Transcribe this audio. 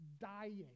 dying